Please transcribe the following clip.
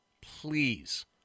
please